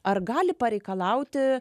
ar gali pareikalauti